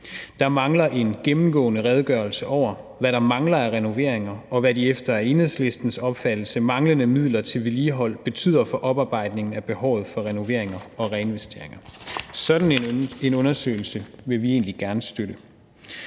Der mangler en gennemgående redegørelse over, hvad der mangler af renoveringer, og hvad de efter Enhedslistens opfattelse manglende midler til vedligehold betyder for oparbejdningen af behovet for renoveringer og reinvesteringer. Sådan en undersøgelse vil vi egentlig gerne støtte.